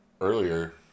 earlier